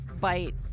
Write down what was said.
bite